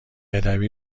ادبی